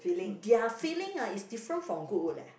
their filling ah is different from Goodwood leh